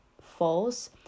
false